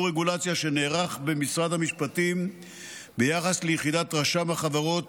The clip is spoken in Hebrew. רגולציה שנערך במשרד המשפטים ביחס ליחידת רשם החברות